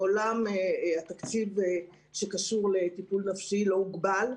מעולם התקציב שקשור לטיפול נפשי לא הוגבל.